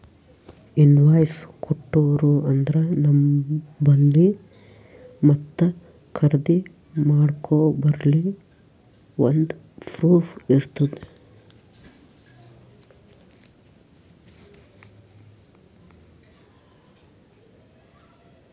invoice ಕೊಟ್ಟೂರು ಅಂದ್ರ ನಂಬಲ್ಲಿ ಮತ್ತ ಖರ್ದಿ ಮಾಡೋರ್ಬಲ್ಲಿ ಒಂದ್ ಪ್ರೂಫ್ ಇರ್ತುದ್